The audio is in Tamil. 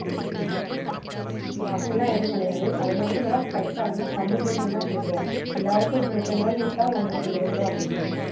ம் ம் அப்படியெலாம் எதுவும் கிடையாது அதுலிருந்து வேணால் பைசா வேணால் கம்மி பண்ணி வேணால் கொடுப்போம் எல்லாேருக்கும் இப்போது முப்பது ருபாய்க்கி விற்றா உங்களுக்கு இருபது ருபா அப்படி கொடுப்போம்